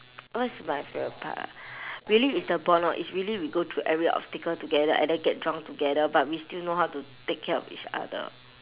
what's my favourite part ah really is the bond orh is really we go through every obstacle together and then get drunk together but we still know how to take care of each other